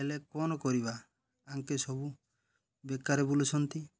ହେଲେ କ'ଣ କରିବା ଆଙ୍କେ ସବୁ ବେକାର ବୁଲୁଛନ୍ତି